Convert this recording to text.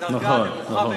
בדרגה הנמוכה ביותר.